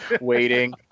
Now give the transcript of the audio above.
waiting